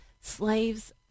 slaves